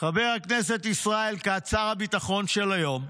חבר הכנסת ישראל כץ, שר הביטחון של היום: